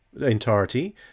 entirety